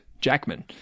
jackman